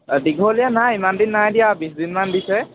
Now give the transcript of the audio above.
অ দীঘলীয়া নাই ইমান দিন নাই দিয়া বিশ দিনমান দিছে